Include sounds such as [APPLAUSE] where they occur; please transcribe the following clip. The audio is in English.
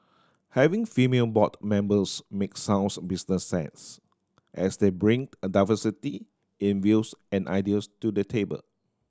having female board members make sounds business sense as they bring [UNINTELLIGIBLE] a diversity in views and ideas to the table